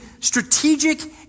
strategic